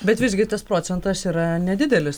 bet visgi tas procentas yra nedidelis